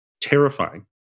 terrifying